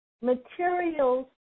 materials